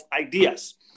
ideas